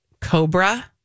Cobra